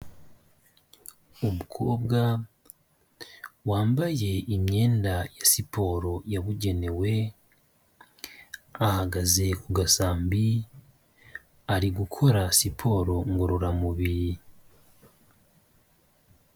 Umukobwa wambaye imyenda ya siporo yabugenewe, ahagaze ku gasambi ari gukora siporo ngororamubiri.